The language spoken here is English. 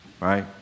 right